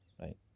right